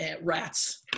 rats